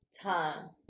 time